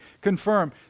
confirm